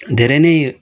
धेरै नै